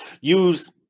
Use